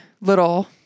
little